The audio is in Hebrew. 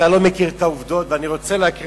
אתה לא מכיר את העובדות, ואני רוצה להקריא